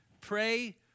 Pray